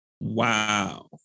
Wow